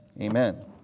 Amen